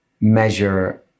measure